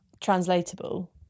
translatable